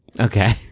Okay